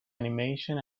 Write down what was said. animation